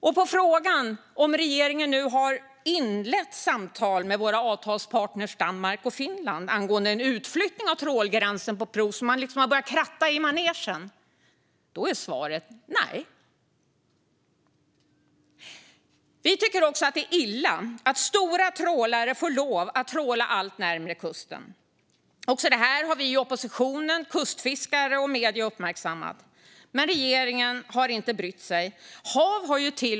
Och på frågan om regeringen nu har inlett samtal med våra avtalspartner Danmark och Finland angående en utflyttning av trålgränsen på prov, så att man liksom börjar kratta manegen, är svaret nej. Vi tycker också att det är illa att stora trålare får lov att tråla allt närmare kusten. Också detta har vi i oppositionen, kustfiskare och medier uppmärksammat. Men regeringen har inte brytt sig.